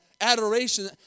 adoration